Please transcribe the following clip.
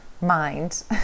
mind